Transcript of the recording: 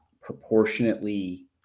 proportionately